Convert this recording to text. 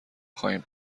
خواهیم